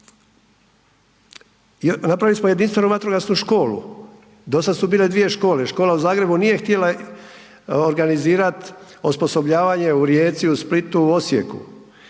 Napravili smo jedinstvenu vatrogasnu školu. Do sada su bile dvije škole, škola u Zagrebu nije htjela organizirati osposobljavanje u Rijeci, u Splitu, u Osijeku,